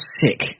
sick